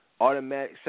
automatic